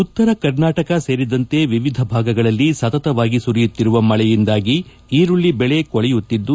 ಉತ್ತರ ಕರ್ನಾಟಕ ಸೇರಿದಂತೆ ವಿವಿಧ ಭಾಗಗಳಲ್ಲಿ ಸತತವಾಗಿ ಸುರಿಯುತ್ತಿರುವ ಮಳೆಯಿಂದಾಗಿ ಈರುಳ್ಳ ಬೆಳೆ ಕೊಳೆಯುತ್ತಿದ್ದು